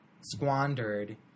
squandered